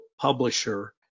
publisher